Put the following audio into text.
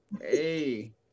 Hey